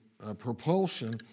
propulsion